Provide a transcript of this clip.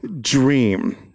dream